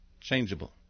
changeable